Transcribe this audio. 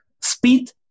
speed